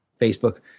Facebook